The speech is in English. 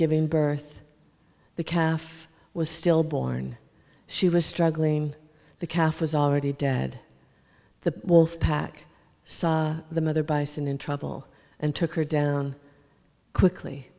giving birth the calf was stillborn she was struggling the calf was already dead the wolfpack saw the mother bison in trouble and took her down quickly